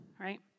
right